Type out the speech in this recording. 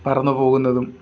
പറന്നു പോവുന്നതും